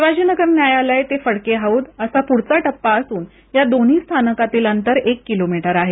शिवाजीनगर न्यायालय ते फडके हौद असा पुढचा टप्पा असून या दोन्ही स्थानकातील अंतर एक किलोमटर आहे